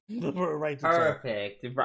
perfect